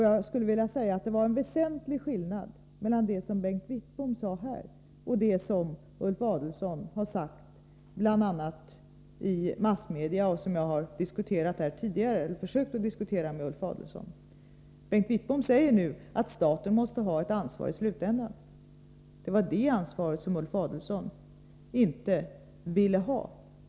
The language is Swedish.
Det var en väsentlig skillnad mellan det som Bengt Wittbom sade här och det som Ulf Adelsohn har sagt bl.a. i massmedia och som jag tidigare här försökt diskutera med Ulf Adelsohn. Bengt Wittbom säger att staten måste ha ett ansvar i slutändan, men det var ett sådant ansvar som Ulf Adelsohn inte ville förespråka.